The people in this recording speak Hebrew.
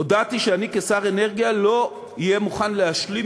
הודעתי שאני כשר אנרגיה לא אהיה מוכן להשלים